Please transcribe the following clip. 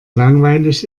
langweilig